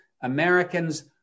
Americans